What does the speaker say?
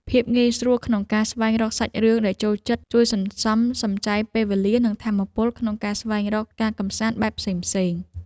ភាពងាយស្រួលក្នុងការស្វែងរកសាច់រឿងដែលចូលចិត្តជួយសន្សំសំចៃពេលវេលានិងថាមពលក្នុងការស្វែងរកការកម្សាន្តបែបផ្សេងៗ។